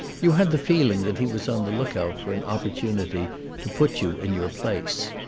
you had the feeling that he was on the look out for an opportunity to put you in your place.